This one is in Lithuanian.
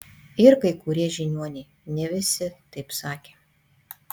ir kai kurie žiniuoniai ne visi taip sakė